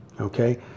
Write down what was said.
okay